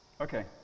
okay